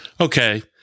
Okay